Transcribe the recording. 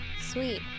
Sweet